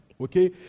Okay